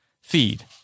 feed